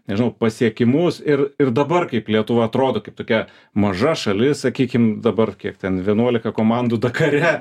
nežinau pasiekimus ir ir dabar kaip lietuva atrodo kaip tokia maža šalis sakykim dabar kiek ten vienuolika komandų dakare